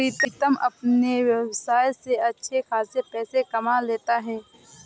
प्रीतम अपने व्यवसाय से अच्छे खासे पैसे कमा लेता है